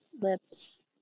lips